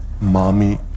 Mommy